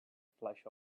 flash